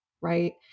right